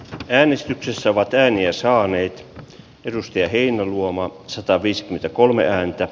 käynnistyksessävat ääniä saaneitten peruste heinäluoma sataviisikymmentäkolme ääntä